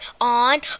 on